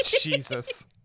Jesus